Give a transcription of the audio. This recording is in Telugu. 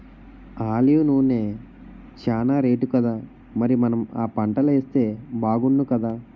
ఆలివ్ నూనె చానా రేటుకదా మరి మనం ఆ పంటలేస్తే బాగుణ్ణుకదా